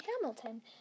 Hamilton